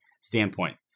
standpoint